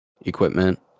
equipment